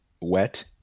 wet